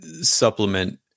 supplement